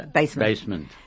Basement